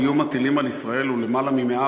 איום הטילים על ישראל הוא של למעלה מ-170,000.